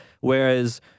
Whereas